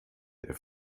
der